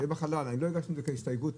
אני לא הגשתי את זה כהסתייגות.